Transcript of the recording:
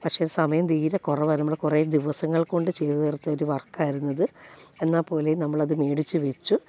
പക്ഷേ സമയം തീരെ കുറവായിരുന്നു നമ്മൾ കുറെ ദിവസങ്ങൾ കൊണ്ടു ചെയ്തു തീർത്തൊരു വർക്കായിരുന്നു ഇത് എന്നാൽപ്പോലും നമ്മളത് മേടിച്ചു വെച്ചു